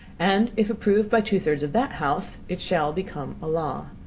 and if approved by two thirds of that house, it shall become a law.